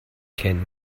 ken